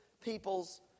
people's